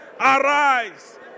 arise